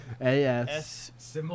A-S